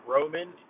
Roman